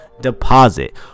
deposit